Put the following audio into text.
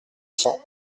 cent